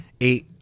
eight